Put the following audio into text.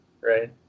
Right